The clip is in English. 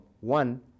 one